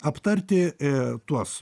aptarti a tuos